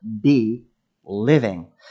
be-living